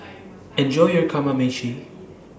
Enjoy your Kamameshi